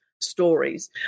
stories